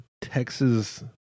Texas